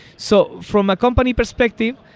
so from a company perspective,